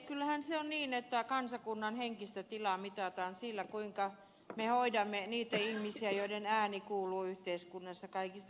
kyllähän se on niin että kansakunnan henkistä tilaa mitataan sillä kuinka me hoidamme niitä ihmisiä joiden ääni kuuluu yhteiskunnassa kaikista heikoimmin